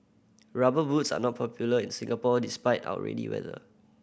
Rubber Boots are not popular in Singapore despite our rainy weather